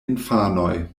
infanoj